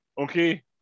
okay